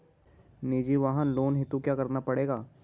निजी वाहन लोन हेतु क्या करना पड़ेगा?